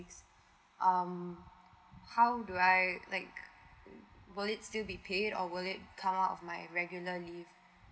um how do I like will it still be pay or will it come out of my regularly